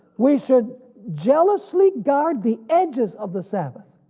we should jealously guard the edges of the sabbath.